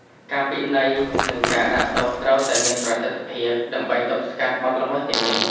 ការពិន័យ និងការដាក់ទោសត្រូវតែមានប្រសិទ្ធភាព ដើម្បីទប់ស្កាត់បទល្មើសទាំងនេះ។